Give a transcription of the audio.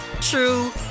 true